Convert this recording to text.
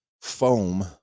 foam